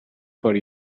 for